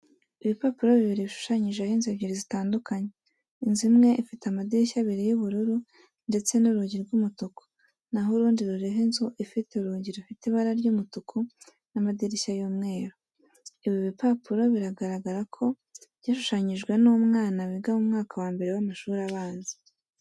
Ibipapuro bibiri bishushanyijeho inzu ebyiri zitandukanye. Inzu imwe ifite amadirishya abiri y'ubururu ndetse n'urugi rw'umutuku, naho urundi ruriho inzu ifite urugi rufite ibara ry'umutuku n'amadirishya y'umweru. Ibi bipapuro biragaragara ko byashushanyijwe n'umwana wiga mu mwaka wa mbere w'amashuri abanza.